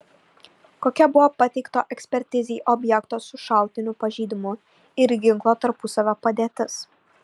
kokia buvo pateikto ekspertizei objekto su šautiniu pažeidimu ir ginklo tarpusavio padėtis